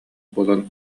буолан